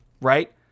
Right